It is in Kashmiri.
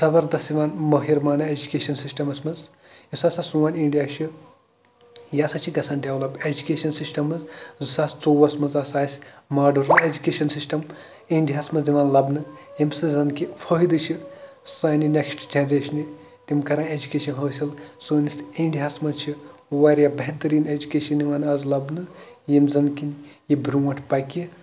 زَبردست یِوان مٲہر ماننہٕ ایٚجوٗکیشن سَسٹمَسس منٛز یُس ہسا سوٚن اِنڈیا چھُ یہِ سا چھُ گژھان ڈیولَپ ایٚجوٗکیشن سِسٹم منٛز زٕ ساس ژوٚوُہس منٛز ہسا آسہِ موڈٲرٕنۍ ایجوٗکیشن سِسٹم اِنڈیا ہَس منٛز یِوان لَبنہٕ ییٚمہِ سۭتۍ زَن کہِ فٲیدٕ چھِ سانہِ نیٚکسٹہٕ جینریشنہِ تِم کران ایٚجوٗکیشن حٲصِل سٲنِس اِنڈیا ہَس منٛز چھِ واریاہ بہتریٖن ایٚجوٗکیشن آز یِوان لَبنہٕ یِم زَن کِنۍ یہِ برونٹھ پَکہِ